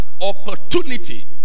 opportunity